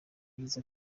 yagize